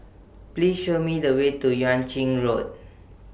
Please Show Me The Way to Yuan Ching Road